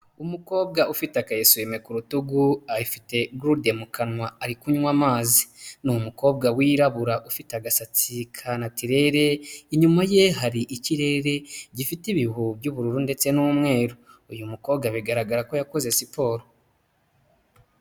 Umukobwa ufite aka esuwime ku rutugu, afite gurude mu kanwa ari kunywa amazi, ni umukobwa wirabura ufite agasatsi ka natirere, inyuma ye hari ikirere gifite ibihu by'ubururu ndetse n'umweru, uyu mukobwa bigaragara ko yakoze siporo.